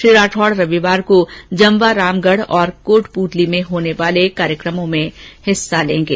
श्री राठौड़ रविवार को जमवारामगढ और कोटपूतली में होने वाले कार्यक्रमों में भाग लेंगे